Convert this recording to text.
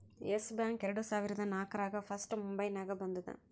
S Bank ಎರಡು ಸಾವಿರದಾ ನಾಕ್ರಾಗ್ ಫಸ್ಟ್ ಮುಂಬೈನಾಗ ಬಂದೂದ